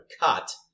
cut